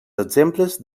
exemples